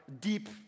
deep